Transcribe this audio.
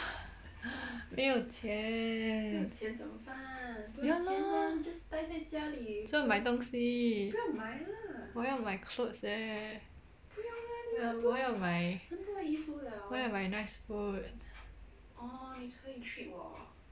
没有钱 ya lor 要卖东西我要买 clothes eh 我要我要买我要买 nice boot